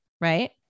right